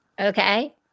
okay